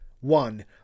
one